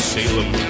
Salem